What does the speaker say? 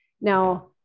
now